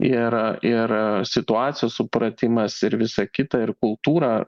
ir ir situacijos supratimas ir visa kita ir kultūra